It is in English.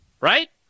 right